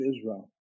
Israel